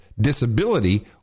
disability